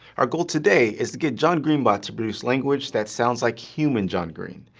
our goal today is get john-green-bot to produce language that sounds like human john green,